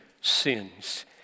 sins